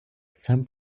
some